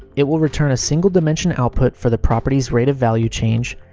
it will return a single-dimension output for the property's rate of value change,